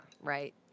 right